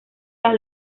las